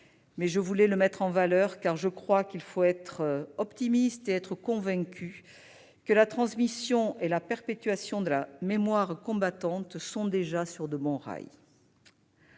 que je voulais mettre en valeur, car je crois qu'il faut être optimiste et convaincu que la transmission et la perpétuation de la mémoire combattante sont déjà sur de bons rails.